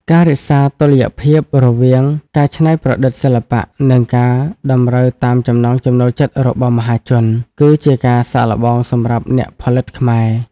ការរក្សាតុល្យភាពរវាងការច្នៃប្រឌិតសិល្បៈ និងការតម្រូវតាមចំណង់ចំណូលចិត្តរបស់មហាជន គឺជាការសាកល្បងសម្រាប់អ្នកផលិតខ្មែរ។